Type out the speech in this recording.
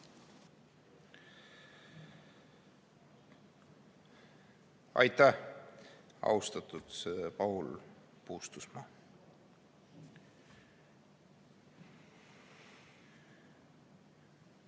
Aitäh, austatud Paul Puustusmaa!